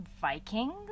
Vikings